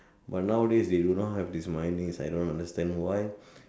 but now a days they do not have this mayonnaise I do not understand why